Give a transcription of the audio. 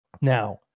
Now